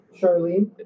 Charlene